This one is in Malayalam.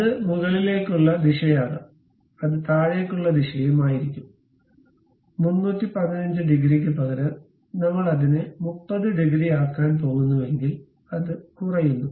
അത് മുകളിലേക്കുള്ള ദിശയാകാം അത് താഴേക്കുള്ള ദിശയും ആയിരിക്കും 315 ഡിഗ്രിക്ക് പകരം നമ്മൾ അതിനെ 30 ഡിഗ്രി ആക്കാൻ പോകുന്നുവെങ്കിൽ അത് കുറയുന്നു